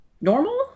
normal